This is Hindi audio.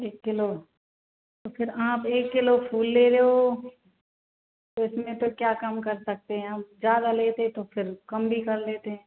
एक किलो तो फिर आप एक किलो फूल ले रहे हो उसमें तो क्या कम कर सकते हैं हम ज़्यादा लेते तो कम भी कर लेते